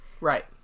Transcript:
Right